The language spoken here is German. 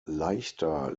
leichter